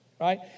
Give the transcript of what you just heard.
right